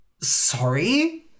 Sorry